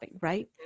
right